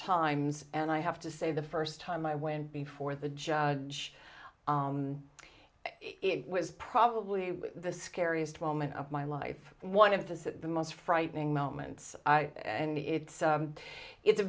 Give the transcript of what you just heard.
times and i have to say the first time i went before the judge it was probably the scariest moment of my life one to say the most frightening moments and it's it's a